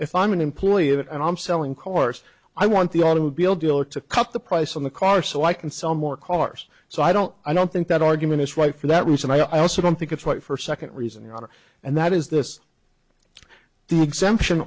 if i'm an employee of it and i'm selling course i want the automobile dealer to cut the price on the car so i can sell more cars so i don't i don't think that argument is right for that reason i also don't think it's right for second reason the honor and that is this the exemption